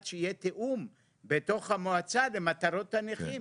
שיהיה תיאום בתוך המועצה למטרות הנכים.